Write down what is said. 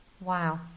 Wow